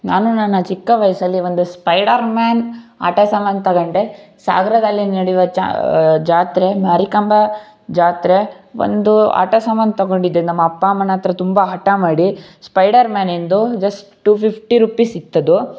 ನಾನು ನನ್ನ ಚಿಕ್ಕ ವಯಸ್ಸಲ್ಲಿ ಒಂದು ಸ್ಪೈಡರ್ಮ್ಯಾನ್ ಆಟ ಸಾಮಾನು ತಗೊಂಡೆ ಸಾಗರದಲ್ಲಿ ನಡೆಯುವ ಚಾ ಜಾತ್ರೆ ಮಾರಿಕಾಂಬಾ ಜಾತ್ರೆ ಒಂದು ಆಟ ಸಾಮಾನು ತಗೊಂಡಿದ್ದೆ ನಮ್ಮ ಅಪ್ಪ ಅಮ್ಮನ ಹತ್ತಿರ ತುಂಬ ಹಠ ಮಾಡಿ ಸ್ಪೈಡರ್ಮ್ಯಾನಿಂದು ಜಸ್ಟ್ ಟೂ ಫಿಫ್ಟಿ ರೂಪೀಸ್ ಇತ್ತದು